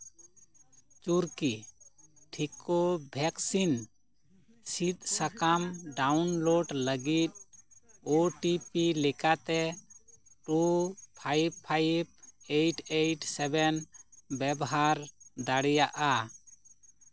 ᱪᱩᱨᱠᱤ ᱛᱷᱤᱠᱳ ᱵᱷᱮᱠᱥᱤᱱ ᱥᱤᱫ ᱥᱟᱠᱟᱢ ᱰᱟᱣᱩᱱᱞᱳᱰ ᱞᱟᱹᱜᱤᱫ ᱳ ᱴᱤ ᱯᱤ ᱞᱮᱠᱟᱛᱮ two five five eight eight seven ᱵᱮᱵᱦᱟᱨ ᱫᱟᱲᱮᱭᱟᱜᱼᱟ